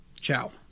Ciao